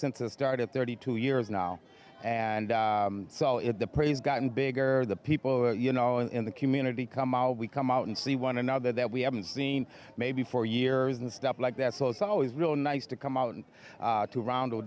since it started thirty two years now and i saw it the praise gotten bigger the people you know in the community come out we come out and see one another that we haven't seen maybe for years and stuff like that so it's always really nice to come out and to round